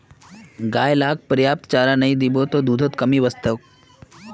गाय लाक पर्याप्त चारा नइ दीबो त दूधत कमी वस तोक